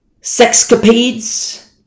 sexcapades